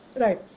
Right